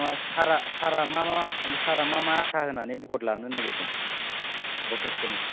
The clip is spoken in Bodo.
नङा सारआ मा मा आसा होनानै भट लानो नागिरदों भटार्स फोरनिफ्राय